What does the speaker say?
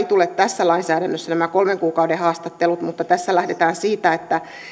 tule tässä lainsäädännössä nämä kolmen kuukauden haastattelut tässä lähdetään siitä että